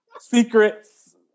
Secrets